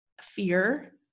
fear